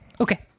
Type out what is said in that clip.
Okay